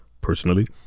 Personally